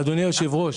אדוני היושב-ראש,